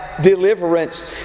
deliverance